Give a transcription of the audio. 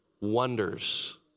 wonders